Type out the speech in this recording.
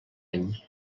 any